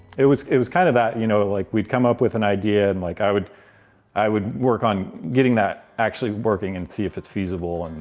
it was it was kind of that, you know, like we'd come up with an idea, and like i would i would work on getting that actually working and see if it's feasible. and